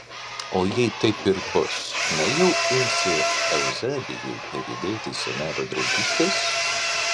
o jei taip ir bus nejau imsi euzebijui pavydėti senelio draugystės